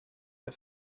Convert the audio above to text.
der